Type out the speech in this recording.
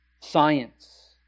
science